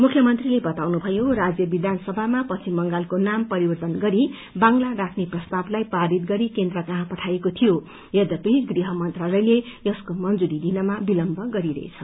मुख्यमन्त्रीले बताउनुभयो राज्य विधानसभामा पश्चिम बंगालको नाम वदलिएर बाङगला राख्ने प्रस्तावलाई पारित गरी केन्द्र कहाँ पठाइएको थियो यध्यपि गृह मंत्रालयले यसको मंजुरी दिनमा विलम्ब गरिरहेछ